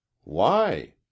Why